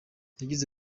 yagize